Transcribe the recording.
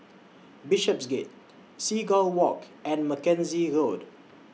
Bishopsgate Seagull Walk and Mackenzie Road